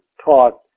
taught